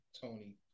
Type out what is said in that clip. Tony